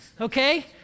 Okay